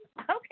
okay